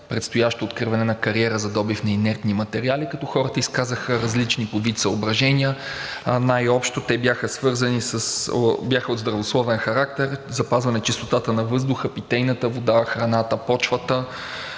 предстоящо откриване на кариера за добив на инертни материали, като хората изказаха различни по вид съображения. Най-общо те бяха от здравословен характер – запазване чистотата на въздуха, питейната вода, храната, почвата,